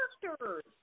characters